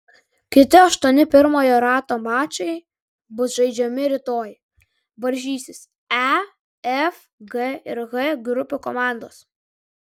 kiti aštuoni pirmojo rato mačai bus žaidžiami rytoj varžysis e f g ir h grupių komandos